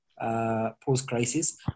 post-crisis